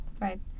Right